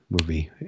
movie